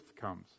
comes